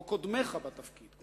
כמו קודמיך בתפקיד,